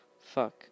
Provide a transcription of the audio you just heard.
Fuck